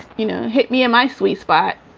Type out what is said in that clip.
you know, hit me in my sweet spot.